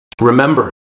Remember